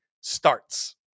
starts